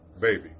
baby